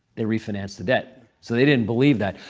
they refinanced the debt. so they didn't believe that.